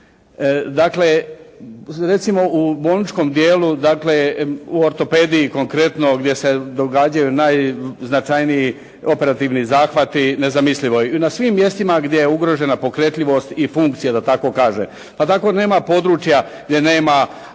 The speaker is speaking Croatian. Dakle recimo u bolničkom dijelu, dakle u ortopediji konkretno gdje se događaju najznačajniji operativni zahvati nezamislivo je. I na svim mjestima gdje je ugrožena pokretljivost i funkcija da tako kažem. Pa tako nema područja gdje nema